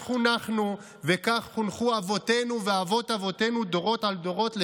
כך חונכנו וכך חונכו אבותינו ואבות אבותינו דורות על דורות,